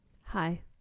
Hi